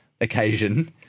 occasion